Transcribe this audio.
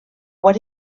what